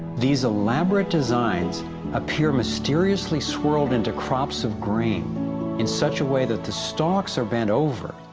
these elaborate designs appear mysteriously swirled into crops of grain in such a way that the stocks are bent over,